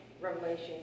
revelation